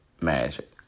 Magic